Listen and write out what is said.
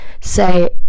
say